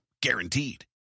guaranteed